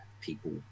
people